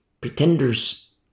Pretenders